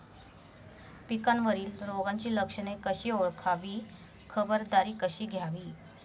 पिकावरील रोगाची लक्षणे कशी ओळखावी, खबरदारी कशी घ्यावी?